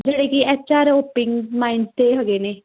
ਜਿਹੜੇ ਕਿ H R ਓ ਹੈਗੇ ਨੇ